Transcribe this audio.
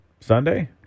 Sunday